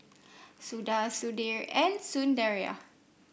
Suda Sudhir and Sundaraiah